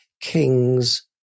King's